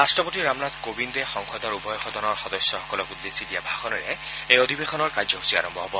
ৰাট্টপতি ৰামনাথ কোবিন্দে সংসদৰ উভয় সদনৰ সদস্যসকলক উদ্দেশ্যি দিয়া ভাষণেৰে এই অধিবেশনৰ কাৰ্যসূচী আৰম্ভ হব